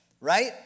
Right